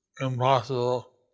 impossible